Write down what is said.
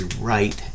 right